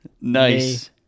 nice